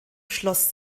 schloss